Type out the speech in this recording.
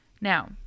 Now